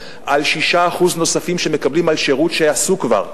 על 6% נוספים שמקבלים על שירות שעשו כבר,